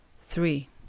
three